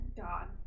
God